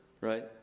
right